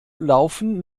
laufen